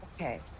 Okay